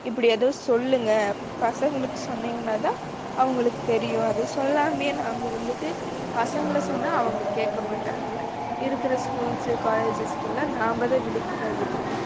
இப்படி எதுவும் சொல்லுங்கள் பசங்களுக்கு சொன்னிங்னால் தான் அவங்களுக் தெரியும் அது சொல்லாமையே நாம் இருந்துட்டு பசங்களை சொன்னால் அவங்க கேட்க மாட்டானுங்க இருக்கிற ஸ்கூல்ஸு காலேஜஸ்க்கு எல்லாம் நாம் தான் விழிப்புணர்வு தரணும்